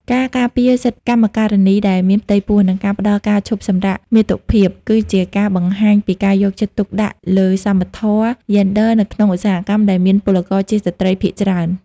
ការការពារសិទ្ធិកម្មការិនីដែលមានផ្ទៃពោះ និងការផ្ដល់ការឈប់សម្រាកមាតុភាព គឺជាការបង្ហាញពីការយកចិត្តទុកដាក់លើសមធម៌យេនឌ័រនៅក្នុងឧស្សាហកម្មដែលមានពលករជាស្ត្រីភាគច្រើន។